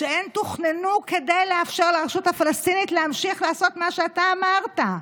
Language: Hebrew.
שהן תוכננו כדי לאפשר לרשות הפלסטינית להמשיך לעשות מה שאתה אמרת: